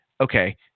okay